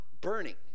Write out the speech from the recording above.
burning